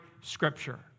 Scripture